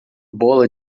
bola